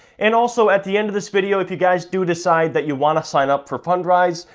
and also, at the end of this video if you guys do decide that you want to sign up for fundrise,